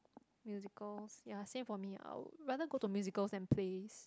Musicals ya same for me I will rather go to musicals than plays